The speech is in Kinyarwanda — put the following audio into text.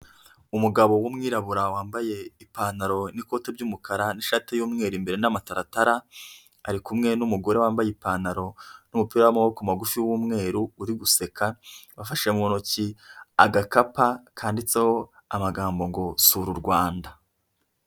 Umugabo w'umwirabura wambaye ipantaro n'ikote by'umukara n'ishati y'umweru imbere n'amataratara, ari kumwe n'umugore wambaye ipantaro n'umupira w'amaboko magufi w'umweru uri guseka, bafashe mu ntoki agakapa kanditseho ngo "sura u Rwanda".